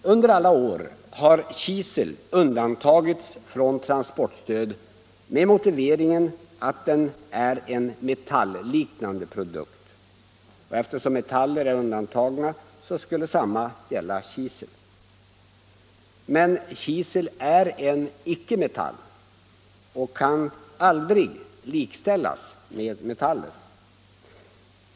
Under alla år har kisel undantagits från transportstöd med motiveringen att det är en metalliknande produkt; eftersom metaller är undantagna skulle detsamma gälla kisel. Men kisel är en icke-metall och kan aldrig likställas med metaller.